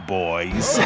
boys